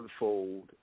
unfold